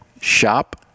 Shop